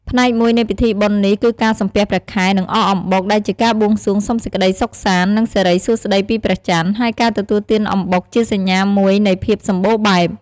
ផ្នែកមួយនៃពិធីបុណ្យនេះគឺការសំពះព្រះខែ និងអកអំបុក ដែលជាការបួងសួងសុំសេចក្ដីសុខសាន្ត និងសិរីសួស្ដីពីព្រះច័ន្ទ ហើយការទទួលទានអំបុកជាសញ្ញាមួយនៃភាពសម្បូរបែប។